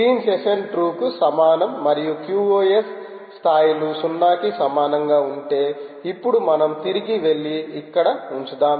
clean session ట్రూకు సమానం మరియు qos స్థాయిలు 0 కి సమానంగా ఉంటే ఇప్పుడు మనం తిరిగి వెళ్లి ఇక్కడ ఉంచుదాం